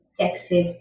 sexist